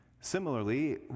Similarly